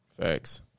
Facts